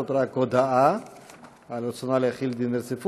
זאת רק הודעה על רצון הממשלה להחיל דין רציפות.